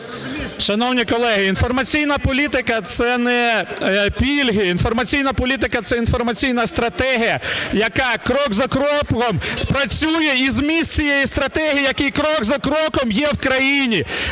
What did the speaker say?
Шановні колеги, інформаційна політика – це не пільги, інформаційна політика – це інформаційна стратегія, яка крок за кроком працює, і зміст цієї стратегії, який крок за кроком є в країні.